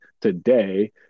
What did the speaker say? today